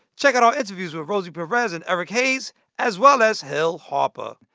check out our interviews with rosie perez and eric haze as well as hill harper.